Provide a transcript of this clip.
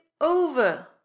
over